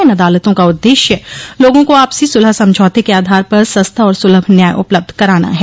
इन अदालतों का उद्देश्य लोगों को आपसी सुलह समझौते के आधार पर सस्ता और सलभ न्याय उपलब्ध कराना है